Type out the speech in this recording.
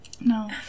No